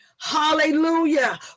Hallelujah